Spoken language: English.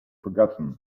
forgotten